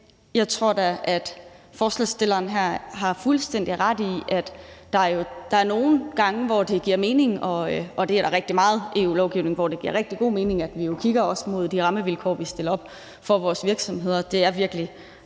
jeg tror da, at forslagsstilleren her har fuldstændig ret i, at der er nogle gange, hvor det giver mening, og der er rigtig meget EU-lovgivning, hvor det giver rigtig god mening, at vi jo også kigger mod de rammevilkår, vi stiller op for vores virksomheder. Det er virkelig